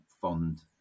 fond